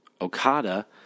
Okada